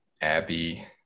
abby